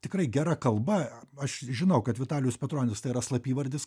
tikrai gera kalba aš žinau kad vitalijus petronis tai yra slapyvardis